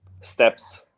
steps